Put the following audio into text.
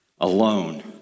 alone